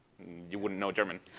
you wouldn't know german.